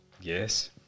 Yes